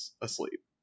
asleep